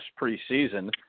preseason